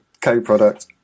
co-product